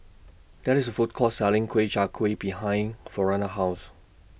There IS A Food Court Selling Kueh Chai Kueh behind Frona's House